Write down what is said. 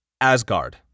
Asgard